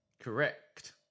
Correct